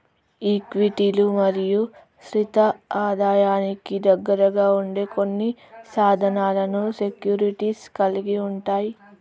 ఈక్విటీలు మరియు స్థిర ఆదాయానికి దగ్గరగా ఉండే కొన్ని సాధనాలను సెక్యూరిటీస్ కలిగి ఉంటయ్